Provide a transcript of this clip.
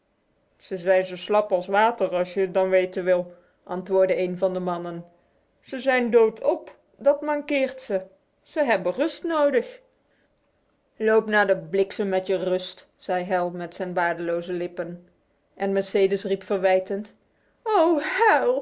ze zijn zo slap als water als je het dan weten wilt antwoordde een van de mannen ze zijn doodop dat mankeert ze ze hebben rust nodig loop naar de bliksem met je rust zei hal met zijn baardeloze lippen en mercedes riep verwijtend